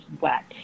wet